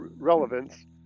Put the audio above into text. relevance